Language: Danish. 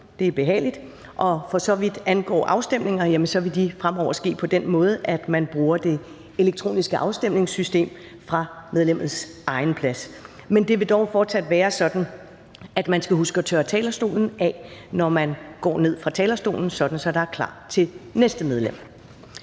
det er behageligt – og for så vidt angår afstemninger, vil de fremover ske på den måde, at man bruger det elektroniske afstemningssystem fra medlemmets egen plads. Men det vil dog fortsat være sådan, at man skal huske at tørre talerstolen af, når man går ned fra talerstolen, sådan at der er klar til næste medlem.